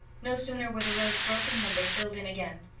no sooner were the roads broken than they filled in again.